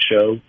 show